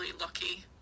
lucky